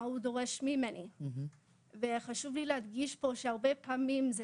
מה הוא דורש ממני וחשוב לי להדגיש פה שהרבה מאוד פעמים זה